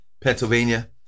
Pennsylvania